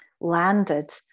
landed